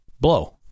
Blow